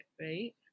right